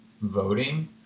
voting